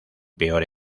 peor